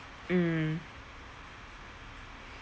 mm